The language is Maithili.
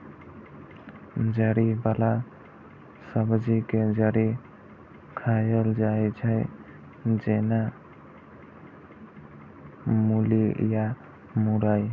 जड़ि बला सब्जी के जड़ि खाएल जाइ छै, जेना मूली या मुरइ